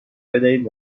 بدهید